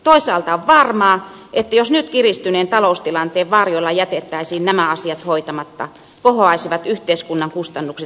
toisaalta on varmaa että jos nyt kiristyneen taloustilanteen varjolla jätettäisiin nämä asiat hoitamatta kohoaisivat yhteiskunnan kustannukset entisestään tulevaisuudessa